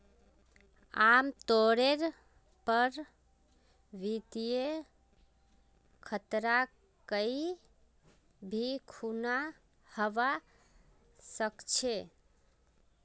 आमतौरेर पर वित्तीय खतरा कोई भी खुना हवा सकछे